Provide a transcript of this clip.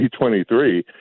2023